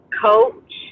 coach